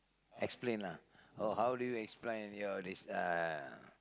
explain lah oh how do you explain your this uh